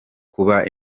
kuba